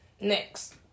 next